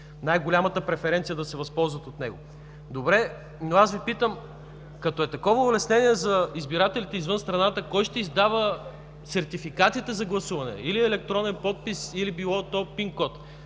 най-голямата преференция да се възползват от него. Добре, но аз Ви питам: като е такова улеснение за избирателите извън страната, кой ще издава сертификатите за гласуване – или електронен подпис, или било то ПИН-код?